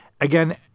again